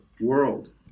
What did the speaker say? world